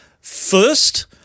First